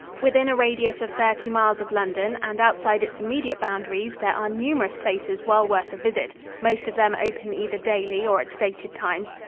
within a radius of thirty miles of london, and outside its immediate boundaries, there are numerous places well worth a visit, most of them open either daily or at stated times.